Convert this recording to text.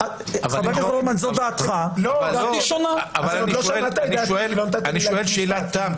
אני שואל שאלת תם,